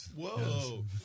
Whoa